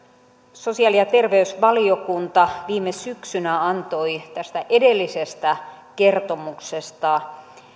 sosiaali ja terveysvaliokunta viime syksynä antoi tästä edellisestä kertomuksesta